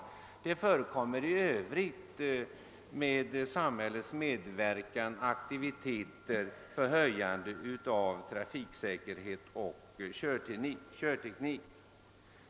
Det förekommer i övrigt med samhällets medverkan aktiviteter för höjande av trafiksäkerhet och körteknik.